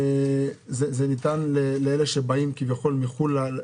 זה ניתן לאלה שבאים כביכול מחו"ל?